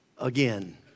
again